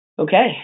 Okay